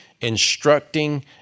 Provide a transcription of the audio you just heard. instructing